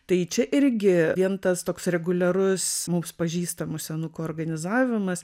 tai čia irgi vien tas toks reguliarus mums pažįstamų senukų organizavimas